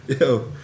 yo